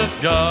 God